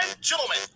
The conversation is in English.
gentlemen